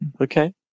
Okay